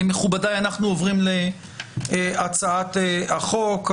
מכובדיי, אנו עוברים להצעת החוק.